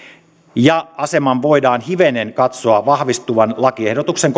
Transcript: ja aseman voidaan hivenen katsoa vahvistuvan lakiehdotuksen